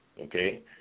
okay